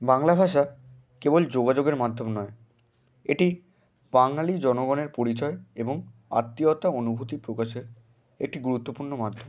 বাংলা ভাষা কেবল যোগাযোগের মাধ্যম নয় এটি বাঙালি জনগণের পরিচয় এবং আত্মীয়তা অনুভূতি প্রকাশের এটি গুরুত্বপূর্ণ মাধ্যম